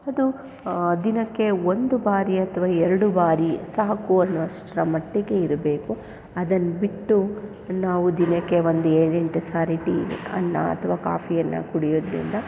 ಅದು ದಿನಕ್ಕೆ ಒಂದು ಬಾರಿ ಅಥವಾ ಎರಡು ಬಾರಿ ಸಾಕು ಅನ್ನುವಷ್ಟರ ಮಟ್ಟಿಗೆ ಇರಬೇಕು ಅದನ್ಬಿಟ್ಟು ನಾವು ದಿನಕ್ಕೆ ಒಂದು ಏಳೆಂಟು ಸಾರಿ ಟೀ ಅನ್ನ ಅಥವಾ ಕಾಫಿಯನ್ನು ಕುಡಿಯೋದರಿಂದ